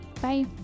Bye